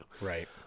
Right